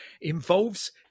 involves